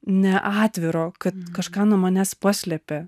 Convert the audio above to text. ne atviro kad kažką nuo manęs paslėpė